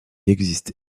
existe